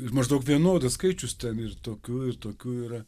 ir maždaug vienodas skaičius ten ir tokių ir tokių yra